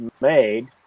made